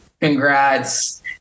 congrats